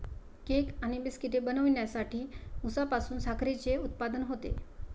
cake आणि बिस्किटे बनवण्यासाठी उसापासून साखरेचे उत्पादन होते